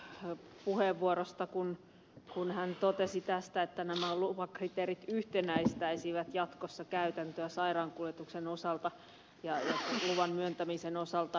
timo korhosen puheenvuorosta kun hän totesi että nämä lupakriteerit yhtenäistäisivät jatkossa käytäntöä sairaankuljetuksen osalta ja luvan myöntämisen osalta